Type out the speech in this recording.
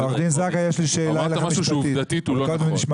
אמרת משהו שעובדתית הוא לא נכון.